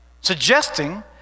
suggesting